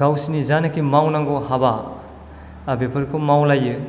गावसोरनि जानाखि मावनांगौ हाबा बेफोरखौ मावलायो